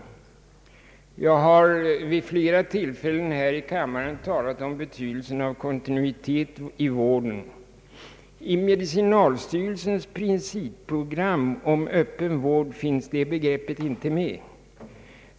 Jag har vid fiera tillfällen här i kammaren talat om betydelsen av kontinuitet i vården. I medicinalstyrelsens principprogram om öppen vård finns detta begrepp inte med.